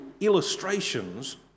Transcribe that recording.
illustrations